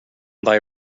thy